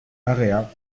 area